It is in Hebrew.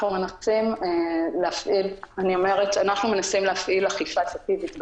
אנחנו מנסים להפעיל אכיפה אפקטיבית.